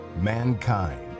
mankind